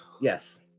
Yes